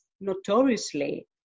notoriously